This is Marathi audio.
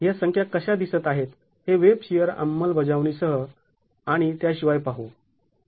ह्या संख्या कशा दिसत आहेत हे वेब शिअर अंमलबजावणी सह आणि त्याशिवाय पाहू